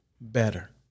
better